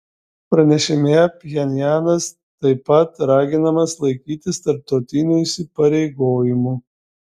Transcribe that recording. pranešime pchenjanas taip pat raginamas laikytis tarptautinių įsipareigojimų